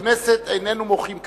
בכנסת איננו מוחאים כפיים.